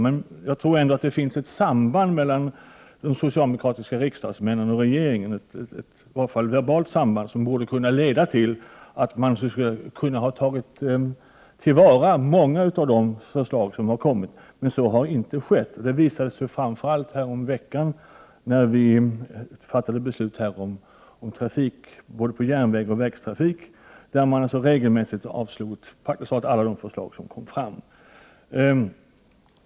Men jag tror att det finns ett samband mellan de socialdemokratiska riksdagsmännen och regeringen — i varje fall ett verbalt samband — som borde ha kunnat leda till att man tagit till vara många av de förslag som har kommit fram, men så har inte skett. Det visade sig framför allt häromveckan när vi fattade beslut om trafik, både järnvägstrafik och vägtrafik, där man regelmässigt avslog praktiskt taget alla de förslag som kom fram.